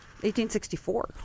1864